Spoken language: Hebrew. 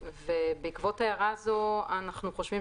בעקבות ההערה הזאת אנחנו חושבים